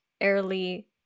early